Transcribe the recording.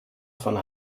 von